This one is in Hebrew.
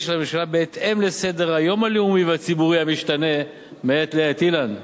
של הממשלה בהתאם לסדר-היום הלאומי והציבורי המשתנה מעת לעת.